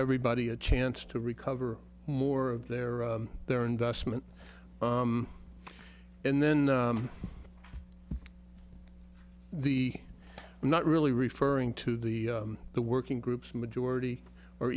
everybody a chance to recover more of their their investment and then the i'm not really referring to the the working groups majority or